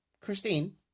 Christine